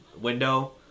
window